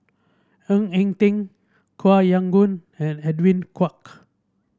Ng Eng Teng Koh Yong Guan and Edwin Koek